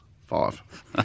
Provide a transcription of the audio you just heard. Five